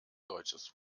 deutsches